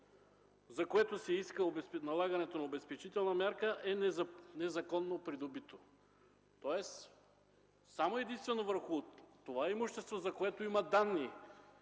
за което се иска налагането на обезпечителна мярка, е незаконно придобито”. Тоест само единствено върху имуществото, за което има данни